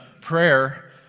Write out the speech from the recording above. prayer